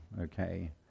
okay